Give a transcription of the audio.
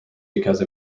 because